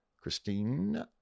Christine